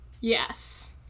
Yes